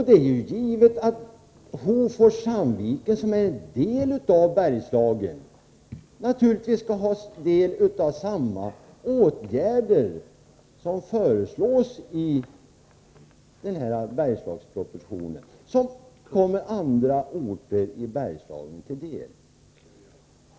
Det är givet att Hofors och Sandviken, som är en del av Bergslagen, skall ha del av samma åtgärder som föreslås i Bergslagspropositionen och som kommer andra orter i Bergslagen till del.